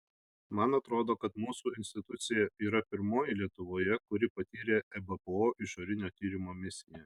man atrodo kad mūsų institucija yra pirmoji lietuvoje kuri patyrė ebpo išorinio tyrimo misiją